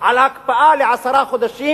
על הקפאה לעשרה חודשים,